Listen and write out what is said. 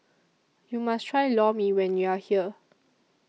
YOU must Try Lor Mee when YOU Are here